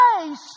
face